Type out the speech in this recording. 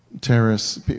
terrorists